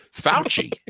fauci